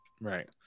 Right